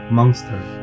Monster 》 。